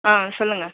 ஆ சொல்லுங்கள்